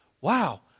Wow